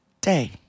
day